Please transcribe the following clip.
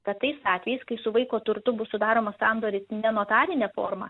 kad tais atvejais kai su vaiko turtu bus sudaromas sandoris ne notarine forma